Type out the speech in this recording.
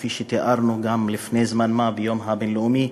כפי שתיארנו גם לפני זמן מה ביום הבין-לאומי